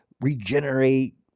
regenerate